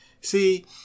See